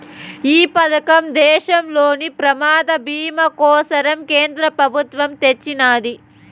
ఈ పదకం దేశంలోని ప్రమాద బీమా కోసరం కేంద్ర పెబుత్వమ్ తెచ్చిన్నాది